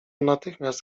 natychmiast